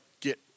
get